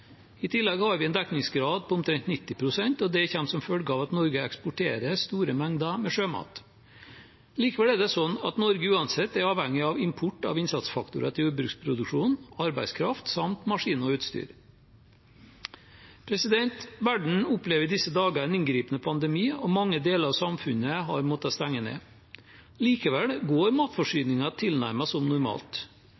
I tillegg har vi en dekningsgrad på omtrent 90 pst., og det kommer som følge av at Norge eksporterer store mengder sjømat. Likevel er det sånn at Norge uansett er avhengig av import av innsatsfaktorer til jordbruksproduksjonen, arbeidskraft samt maskiner og utstyr. Verden opplever i disse dager en inngripende pandemi, og mange deler av samfunnet har måttet stenge ned. Likevel går